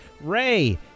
ray